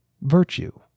Virtue